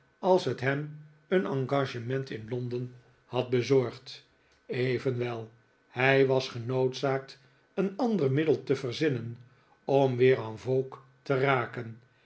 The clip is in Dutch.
als het hem een engagement in londen had bezorgd evenwel hij was genoodzaakt een ander middel te verzinnen om weer en vogue te raken